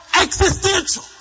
existential